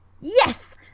Yes